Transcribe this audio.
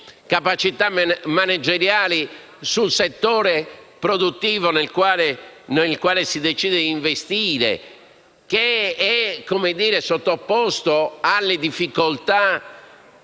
capacità manageriali nel settore produttivo nel quale si decide di investire ed è sottoposta a difficoltà